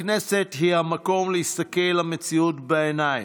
הכנסת היא המקום להסתכל למציאות בעיניים,